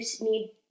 need